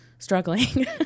Struggling